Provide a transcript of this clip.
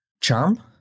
Charm